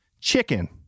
chicken